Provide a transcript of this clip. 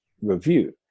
review